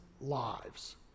lives